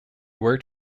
worked